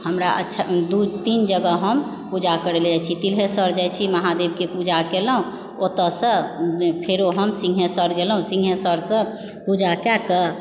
हमरा अच्छा दू तीन जगह हम पूजा करै लए जाइ छी तिल्हेश्वर जाइ छी महादेवके पूजा केलहुॅं ओतऽसँ फेरो हम सिंघेश्वर गेलहुॅं सिंघेश्वरसँ पूजा कए कऽ